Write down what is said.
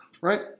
right